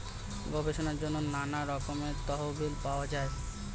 গবেষণার জন্য নানা রকমের তহবিল পাওয়া যায়